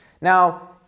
Now